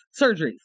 surgeries